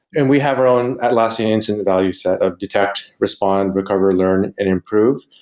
and we have our own atlassian incident value set of detect, respond, recover, learn and improve.